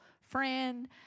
friend